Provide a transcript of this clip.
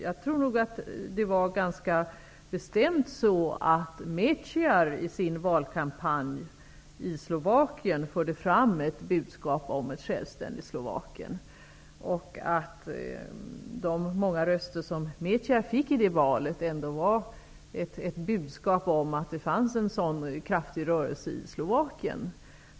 Jag tror att Meciar i sin valkampanj i Slovakien förde fram ett budskap om ett självständigt Slovakien. De många röster som Meciar fick i det valet var ett budskap om att det fanns en kraftig rörelse för detta i Slovakien.